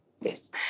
Yes